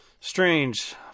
strange –